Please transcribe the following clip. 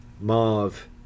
Marv